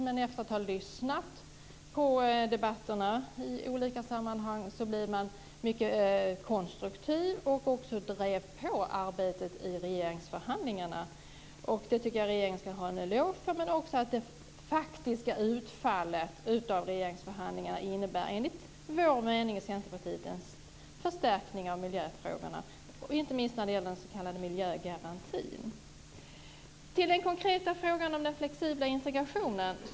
Men efter att ha lyssnat på debatterna blev regeringen konstruktiv och drev på arbetet i regeringsförhandlingarna. Regeringen skall ha en eloge för det. Det faktiska utfallet av regeringsförhandlingarna innebär enligt Centerpartiets uppfattning en förstärkning av miljöfrågorna - inte minst den s.k. miljögarantin. Till den konkreta frågan om den flexibla integrationen.